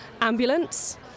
ambulance